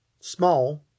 small